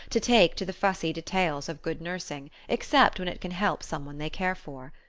to take to the fussy details of good nursing, except when it can help some one they care for.